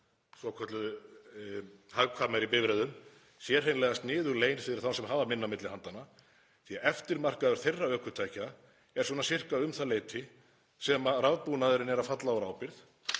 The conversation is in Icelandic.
svokölluðu hagkvæmari bifreiðum sé hreinlega sniðug leið fyrir þá sem hafa minna á milli handanna því að eftirmarkaður þeirra ökutækja er svona sirka um það leyti sem rafbúnaðurinn er að falla úr ábyrgð.